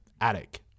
attic